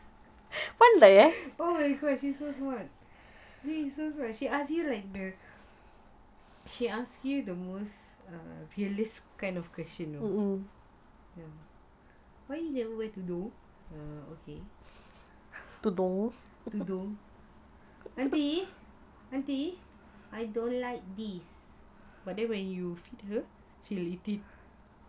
oh my god she so smart she so smart she ask you like the she ask you the most fearless kind of question you know yes why you never wear tudung err okay tudung aunty aunty I don't like this but then when you feed her she will eat it